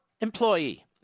employee